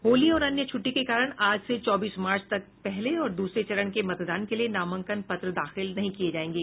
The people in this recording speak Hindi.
होली और अन्य छ्ट्टी के कारण आज से चौबीस मार्च तक पहले और दूसरे चरण के मतदान के लिए नामांकन पत्र दाखिल नहीं किये जायेंगे